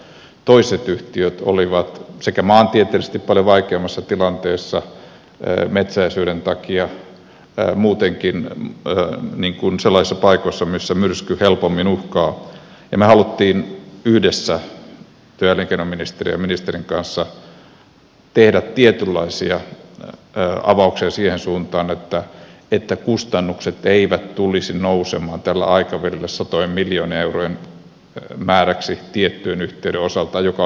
toiset yhtiöt olivat maantieteellisesti paljon vaikeammassa tilanteessa metsäisyyden takia muutenkin sellaisissa paikoissa missä myrsky helpommin uhkaa ja me halusimme yhdessä työ ja elinkeinoministeriön ja ministerin kanssa tehdä tietynlaisia avauksia siihen suuntaan että kustannukset eivät tulisi nousemaan tällä aikavälillä satojen miljoonien eurojen määräksi tiettyjen yhtiöiden osalta mikä olisi vaikuttanut siirtohintaan